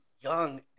young